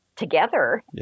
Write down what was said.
together